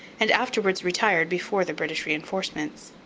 and afterwards retired before the british reinforcements.